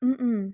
अँ अँ